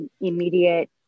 immediate